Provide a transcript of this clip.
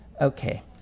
Okay